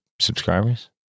subscribers